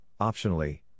optionally